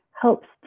helps